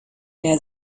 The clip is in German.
der